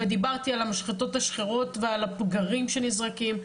ודיברתי על המשחטות השחורות ועל הפגרים שנזרקים,